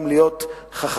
גם להיות חכמים,